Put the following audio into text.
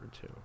two